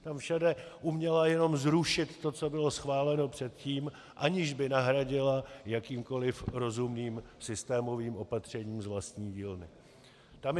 Tam všude uměla jenom zrušit to, co bylo schváleno předtím, aniž by nahradila jakýmkoliv rozumným systémovým opatřením z vlastní dílny.